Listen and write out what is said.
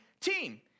team